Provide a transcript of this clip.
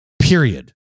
period